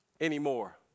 anymore